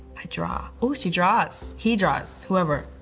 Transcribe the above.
i draw. oh, she draws, he draws, whoever,